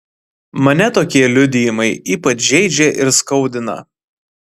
mane tokie liudijimai ypač žeidžia ir skaudina